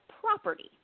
property